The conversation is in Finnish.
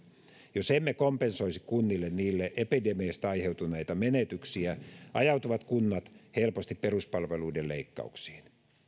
jos emme kompensoisi kunnille niille epidemiasta aiheutuneita menetyksiä ajautuvat kunnat helposti peruspalveluiden leikkauksiin